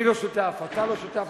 אני לא שותף, אתה לא שותף.